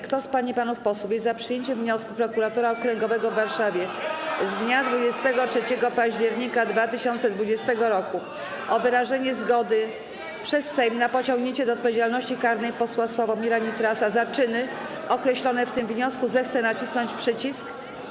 Kto z pań i panów posłów jest za przyjęciem wniosku Prokuratora Okręgowego w Warszawie z dnia 23 października 2020 r., o wyrażenie zgody przez Sejm na pociągnięcie do odpowiedzialności karnej posła Sławomira Nitrasa za czyny określone w tym wniosku, zechce nacisnąć przycisk.